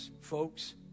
Folks